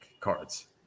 cards